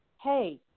hey